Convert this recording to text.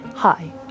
Hi